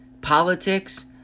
Politics